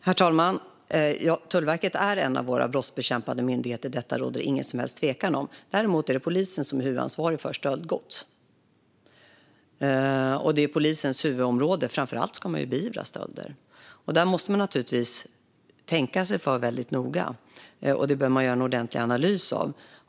Herr talman! Tullverket är en av våra brottsbekämpande myndigheter. Detta råder det inget som helst tvivel om. Däremot är det polisen som är huvudansvarig för stöldgods. Det är polisens huvudområde. Framför allt ska man ju beivra stölder. Då måste man tänka sig för noga och göra en ordentlig analys.